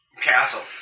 Castle